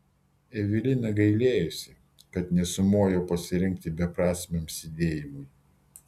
evelina gailėjosi kad nesumojo pasirengti beprasmiam sėdėjimui